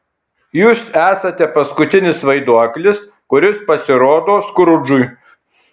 jūs esate paskutinis vaiduoklis kuris pasirodo skrudžui